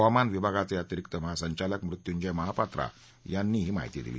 हवामान विभागाचे अतिरिक्त महासंचालक मृत्युंजय महापात्रा यांनी ही माहिती दिली